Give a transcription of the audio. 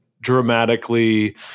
dramatically